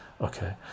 okay